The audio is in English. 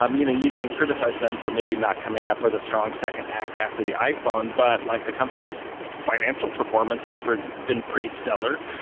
um you know you can criticize them for maybe not coming up with a strong second act after the iphone, but like the company's financial performance has been pretty stellar.